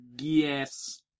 Yes